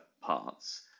parts